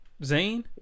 Zayn